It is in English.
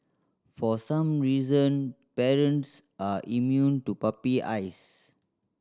for some reason parents are immune to puppy eyes